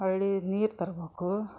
ಹೊಳ್ಳಿ ನೀರು ತರ್ಬಕೂ